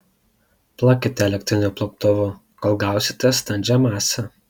plakite elektriniu plaktuvu kol gausite standžią masę